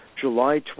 July